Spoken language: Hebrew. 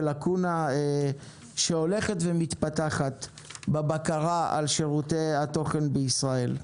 לקונה שהולכת ומתפתחת בבקרה על שירותי התוכן בישראל.